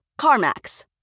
CarMax